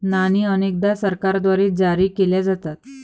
नाणी अनेकदा सरकारद्वारे जारी केल्या जातात